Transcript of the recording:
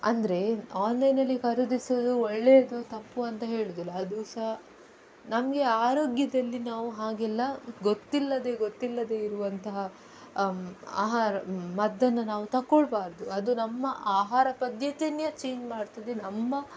ಅಂದರೆ ಆನ್ಲೈನ್ನಲ್ಲಿ ಖರೀದಿಸೋದು ಒಳ್ಳೆಯದು ತಪ್ಪು ಅಂತ ಹೇಳುವುದಿಲ್ಲ ಅದು ಸಹಾ ನಮಗೆ ಆರೋಗ್ಯದಲ್ಲಿ ನಾವು ಹಾಗೆಲ್ಲ ಗೊತ್ತಿಲ್ಲದೆ ಗೊತ್ತಿಲ್ಲದೆ ಇರುವಂತಹ ಆಹಾರ ಮದ್ದನ್ನು ನಾವು ತಗೊಳ್ಬಾರ್ದು ಅದು ನಮ್ಮಆಹಾರ ಪದ್ಧತಿಯನ್ನೇ ಚೇಂಜ್ ಮಾಡ್ತದೆ ನಮ್ಮ